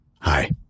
Hi